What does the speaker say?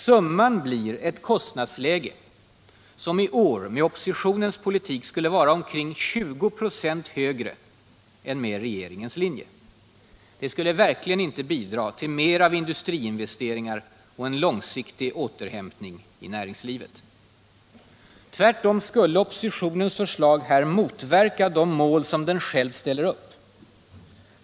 Summan blir ett kostnadsläge som i år med oppositionens politik skulle vara ca 20 96 högre än med regeringens linje. Det skulle verkligen inte bidra till mer av industriinvesteringar och en långsiktig återhämtning i näringslivet. Tvärtom skulle oppositionens förslag här motverka de mål som den själv ställer upp.